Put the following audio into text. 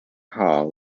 hall